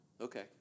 Okay